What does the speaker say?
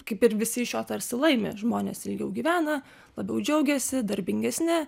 kaip ir visi iš jo tarsi laimi žmonės ilgiau gyvena labiau džiaugiasi darbingesni